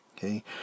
Okay